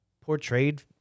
portrayed